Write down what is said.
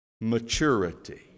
maturity